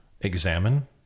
examine